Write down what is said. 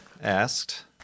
asked